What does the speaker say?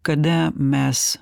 kada mes